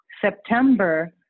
September